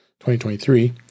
2023